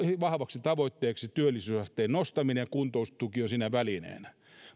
vahvaksi tavoitteeksi työllisyysasteen nostaminen ja kuntoutustuki on siinä välineenä